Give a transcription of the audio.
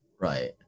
Right